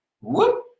Whoop